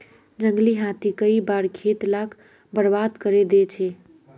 जंगली हाथी कई बार खेत लाक बर्बाद करे दे छे